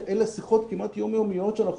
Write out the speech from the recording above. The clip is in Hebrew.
אלה שיחות כמעט יום-יומיות שאנחנו